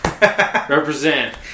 Represent